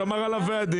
שמר על הוועדים,